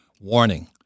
warning